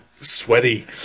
sweaty